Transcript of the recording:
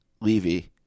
Levy